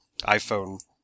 iPhone